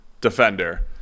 defender